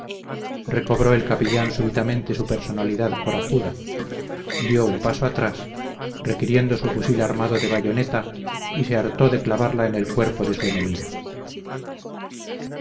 recobró el capellán súbitamente su personalidad corajuda dio un paso atrás requiriendo su fusil armado de bayoneta y se hartó de clavarla en el cuerpo de su enemigo